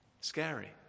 Scary